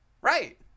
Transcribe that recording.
Right